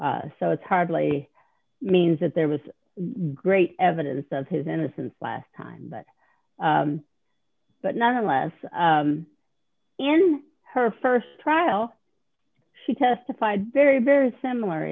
so it's hardly means that there was great evidence of his innocence last time but but nonetheless in her st trial she testified very very similar